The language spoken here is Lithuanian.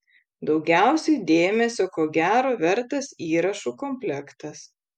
daugiausiai dėmesio ko gero vertas įrašų komplektas